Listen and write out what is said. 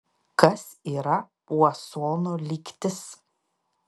kas yra puasono lygtis